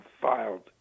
filed